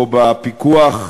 או בפיקוח,